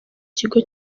kigo